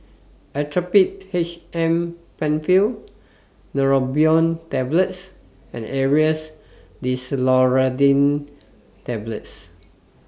Actrapid H M PenFill Neurobion Tablets and Aerius DesloratadineTablets